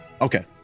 Okay